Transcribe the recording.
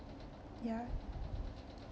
ya